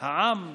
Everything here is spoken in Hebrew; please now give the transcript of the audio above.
העם,